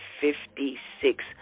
fifty-six